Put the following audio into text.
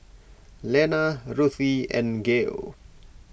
Lenna Ruthie and Gael